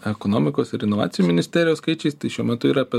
ekonomikos ir inovacijų ministerijos skaičiais tai šiuo metu yra apie